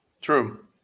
true